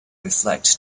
reflect